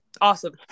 Awesome